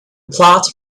plot